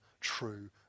true